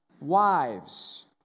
Wives